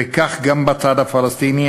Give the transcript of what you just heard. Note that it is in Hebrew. וכך גם בצד הפלסטיני.